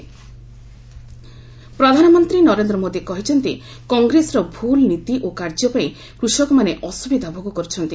PM Mandsaur ପ୍ରଧାନମନ୍ତ୍ରୀ ନରେନ୍ଦ୍ର ମୋଦି କହିଛନ୍ତି କଂଗ୍ରେସର ଭୁଲ୍ ନୀତି ଓ କାର୍ଯ୍ୟପାଇଁ କୃଷକମାନେ ଅସ୍ରବିଧା ଭୋଗ କର୍ରଛନ୍ତି